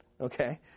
Okay